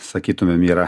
sakytumėm yra